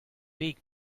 pig